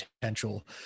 potential